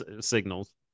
signals